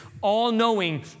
all-knowing